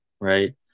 Right